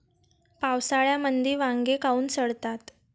पावसाळ्यामंदी वांगे काऊन सडतात?